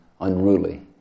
unruly